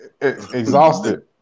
exhausted